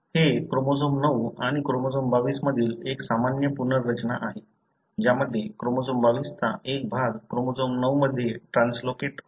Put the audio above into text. हे क्रोमोझोम 9 आणि क्रोमोझोम 22 मधील एक सामान्य पुनर्रचना आहे ज्यामध्ये क्रोमोझोम 22 चा एक भाग क्रोमोझोम 9 मध्ये ट्रान्सलोकेट होतो